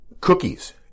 Cookies